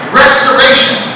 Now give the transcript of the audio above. restoration